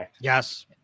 yes